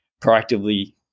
proactively